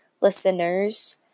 listeners